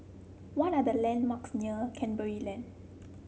what are the landmarks near Canberra Lane